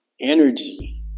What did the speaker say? energy